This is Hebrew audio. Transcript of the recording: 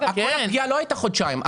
כל הפגיעה לא הייתה חודשיים.